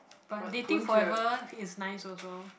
but dating forever is nice also